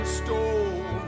stole